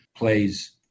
plays